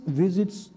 visits